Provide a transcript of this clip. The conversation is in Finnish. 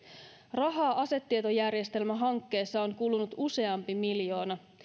rahaa asetietojärjestelmähankkeessa on kulunut useampi miljoona